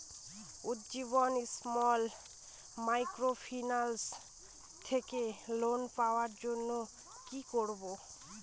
Ujjivan small microfinance থেকে loan পাওয়ার জন্য কি করব?